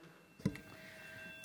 (קוראת בשמות חברי הכנסת)